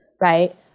right